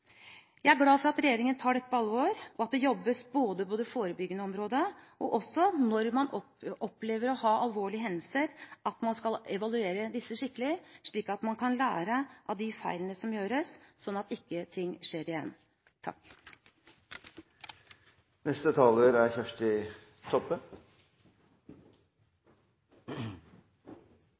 Jeg er glad for at regjeringen tar dette på alvor, og at det jobbes både på det forebyggende området og at man, når man opplever å ha alvorlige hendelser, skal evaluere disse skikkelig, slik at man kan lære av de feilene som gjøres, sånn at ikke ting skjer igjen.